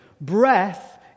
Breath